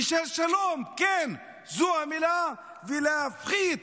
ושל שלום, כן, זו המילה, להפחית